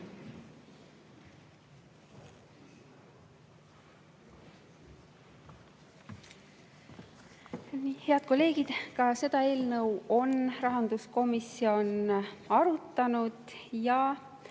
Head kolleegid! Ka seda eelnõu on rahanduskomisjon arutanud ja